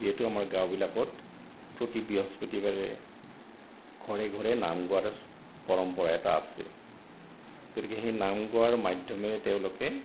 যিহেতু আমাৰ গাঁওবিলাকত প্ৰতি বৃহস্পতিবাৰে ঘৰে ঘৰে নাম গোৱাৰ পৰম্পৰা এটা আছে গতিকে সেই নাম গোৱাৰ মাধ্যমেৰে তেওঁলোকে